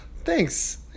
thanks